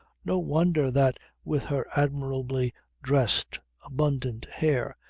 no wonder that with her admirably dressed, abundant hair,